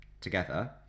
together